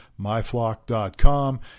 myflock.com